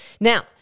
Now